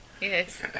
Yes